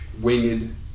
winged